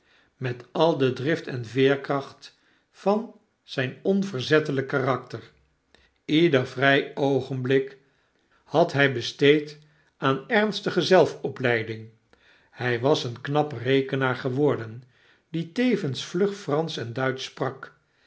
met al de drift en veerkracht van zjjn onverzettelijk karakter ieder vrfl oogenblik had by besteed aan ernstige zelfopleiding hy was een knap rekenaar geworden die tevens vlugfransch en duitsch sprak